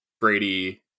Brady